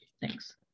Thanks